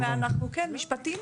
כן, משפטיים.